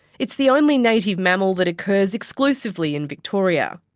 it's the only native mammal that occurs exclusively in victoria.